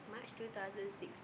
March two thousand six